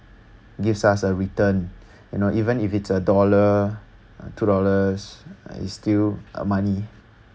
gives us a return you know even if it's a dollar uh two dollars it's still uh money